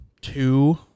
two